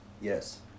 Yes